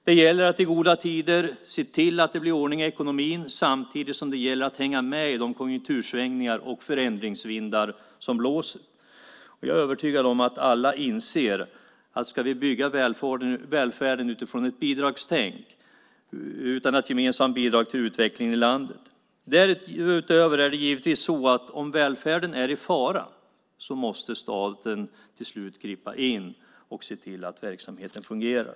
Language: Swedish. Det gäller att i goda tider se till att det blir ordning i ekonomin, samtidigt som det gäller att hänga med i konjunktursvängningar och förändringsvindar. Jag är övertygad om att alla inser att vi ska bygga välfärden utifrån ett bidragstänk, ett gemensamt bidrag till utvecklingen i landet. Om välfärden är i fara måste givetvis till slut staten gripa in och se till att verksamheten fungerar.